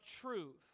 truth